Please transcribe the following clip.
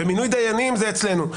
ומינוי דיינים זה אצלנו.